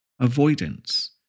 avoidance